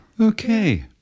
Okay